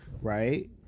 right